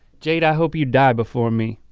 jade, i hope you die before me.